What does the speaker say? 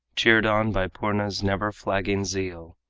cheered on by purna's never-flagging zeal,